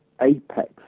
apex